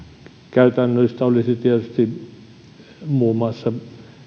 käytännöllistä olisi tietysti muun muassa